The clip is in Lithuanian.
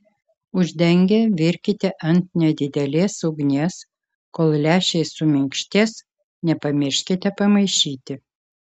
uždengę virkite ant nedidelės ugnies kol lęšiai suminkštės nepamirškite pamaišyti